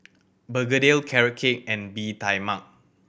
begedil Carrot Cake and Bee Tai Mak